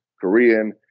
Korean